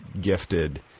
gifted